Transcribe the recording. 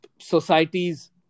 societies